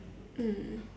mm